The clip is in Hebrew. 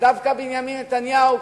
שדווקא בנימין נתניהו,